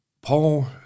Paul